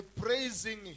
praising